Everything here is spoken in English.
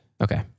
Okay